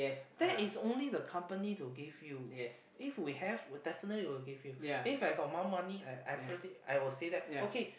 that is only the company to give you if we have we will definitely will give you If I got more money I I definitely I will say that okay